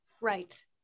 Right